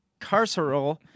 carceral